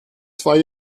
zwei